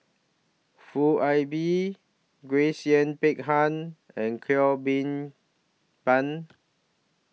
Foo Ah Bee Grace Yin Peck Ha and Cheo Kim Ban